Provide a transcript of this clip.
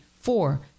four